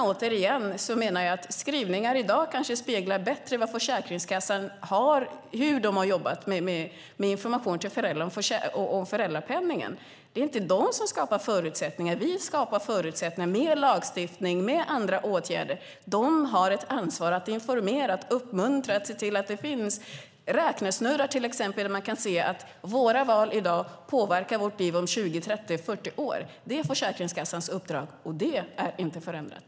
Återigen menar jag att skrivningarna i dag kanske bättre speglar hur Försäkringskassan har jobbat med information till föräldrar om föräldrapenningen. Det är inte Försäkringskassan som skapar förutsättningar. Vi skapar förutsättningar med lagstiftning och med andra åtgärder. Försäkringskassan har ett ansvar för att informera och uppmuntra, till exempel att se till att det finns räknesnurror där man kan se att våra val i dag påverkar vårt liv om 20, 30 eller 40 år. Det är Försäkringskassans uppdrag, och det är inte förändrat.